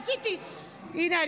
הינה,